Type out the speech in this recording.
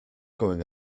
going